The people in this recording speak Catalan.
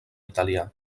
italià